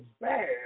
bad